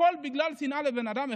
הכול בגלל שנאה לאדם אחד?